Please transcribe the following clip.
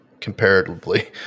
comparatively